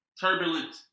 Turbulent